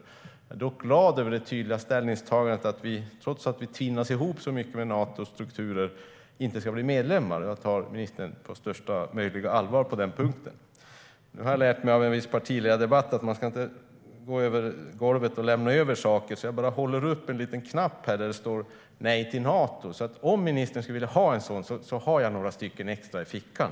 Jag är dock glad över det tydliga ställningstagandet att vi, trots att vi tvinnas ihop så mycket med Natos strukturer, inte ska bli medlemmar. Jag tar ministern på största möjliga allvar på den punkten. Nu har jag lärt mig av en viss partiledardebatt att man inte ska gå över golvet och lämna över saker. Jag håller därför bara upp en liten knapp inför kammarens ledamöter, på vilken det står "Nej till Nato". Om ministern skulle vilja ha en sådan har jag några stycken i fickan.